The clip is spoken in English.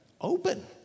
open